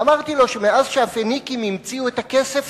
אמרתי לו שמאז שהפיניקים המציאו את הכסף,